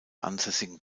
ansässigen